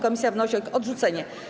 Komisja wnosi o odrzucenie.